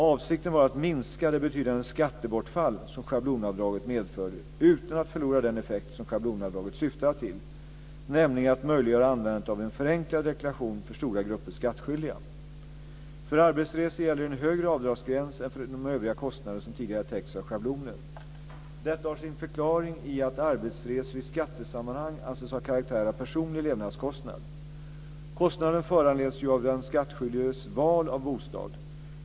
Avsikten var att minska det betydande skattebortfall som schablonavdraget medförde utan att förlora den effekt som schablonavdraget syftade till, nämligen att möjliggöra användandet av en förenklad deklaration för stora grupper skattskyldiga. För arbetsresor gäller en högre avdragsgräns än för de övriga kostnader som tidigare täcktes av schablonen. Detta har sin förklaring i att arbetsresor i skattesammanhang anses ha karaktär av personlig levnadskostnad. Kostnaden föranleds ju av den skattskyldiges val av bostad.